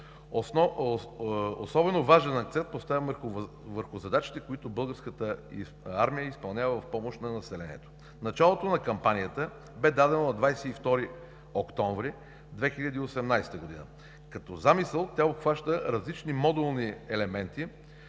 Особено важен акцент е поставен върху задачите, които българската армия изпълнява в помощ на населението. Началото на кампанията бе дадено на 22 октомври 2018 г. Като замисъл тя обхваща различни модулни елементи,